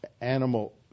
animal